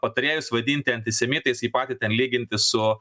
patarėjus vadinti antisemitais jį patį ten lyginti su